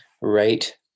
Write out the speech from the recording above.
Right